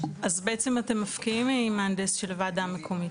אז בעצם אתם מפקיעים מהמהנדס של הוועדה המקומית?